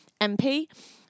MP